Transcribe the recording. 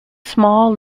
small